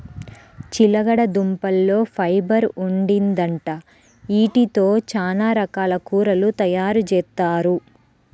చిలకడదుంపల్లో ఫైబర్ ఉండిద్దంట, యీటితో చానా రకాల కూరలు తయారుజేత్తారు